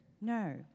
no